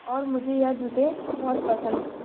और मुझे ये जूते बहु त पसंद थे